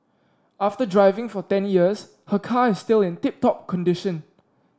after driving for ten years her car is still in tip top condition